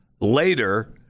later